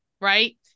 right